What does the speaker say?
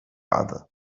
other